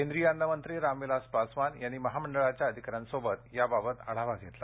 केंद्रीय अन्न मंत्री रामविलास पासवान यांनी महामंडळाच्या अधिकाऱ्यांसोबत याबाबत आढावा घेतला